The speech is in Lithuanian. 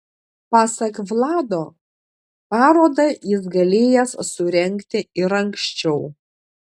pasak vlado parodą jis galėjęs surengti ir anksčiau